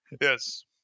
yes